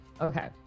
Okay